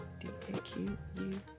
D-A-Q-U